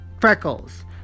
freckles